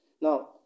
Now